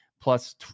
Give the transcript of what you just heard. plus